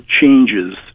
changes